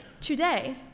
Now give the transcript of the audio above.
today